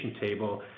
table